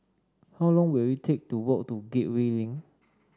how long will it take to walk to Gateway Link